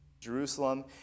Jerusalem